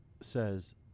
says